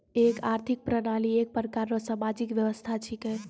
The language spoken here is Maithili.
एक आर्थिक प्रणाली एक प्रकार रो सामाजिक व्यवस्था छिकै